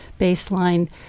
baseline